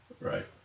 Right